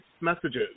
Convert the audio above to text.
messages